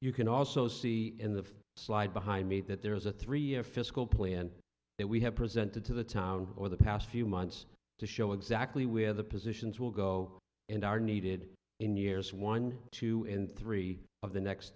you can also see in the slide behind me that there is a three year fiscal plan that we have presented to the town or the past few months to show exactly where the positions will go and are needed in years one two and three of the next